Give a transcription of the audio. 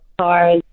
cars